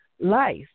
life